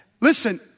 Listen